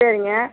சரிங்க